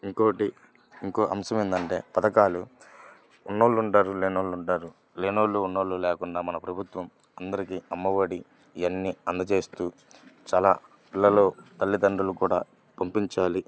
ఇంకొకటి ఇంకొక అంశం ఏంటంటే పథకాలు ఉన్నోళ్ళుంటారు లేనోళ్ళుంటారు లేనోళ్ళు ఉన్నోళ్ళు లేకుండా మన ప్రభుత్వం అందరికీ అమ్మఒడి ఇవన్నీ అందజేస్తూ చాలా పిల్లలను తల్లిదండ్రులు కూడా పంపించాలి